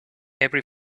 every